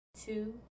two